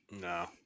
No